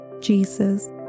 jesus